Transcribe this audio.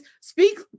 speak